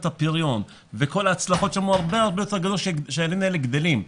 הפריון וכל ההצלחות שם הוא הרבה יותר גדול כשהילדים האלה גדלים.